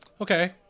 Okay